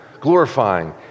glorifying